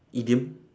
idiom